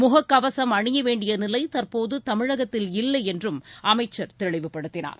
முகக்கவசம் அணியவேண்டிய நிலை தற்போது தமிழகத்தில் இல்லை என்றும் அமைச்சர் தெளிவுபடுத்தினார்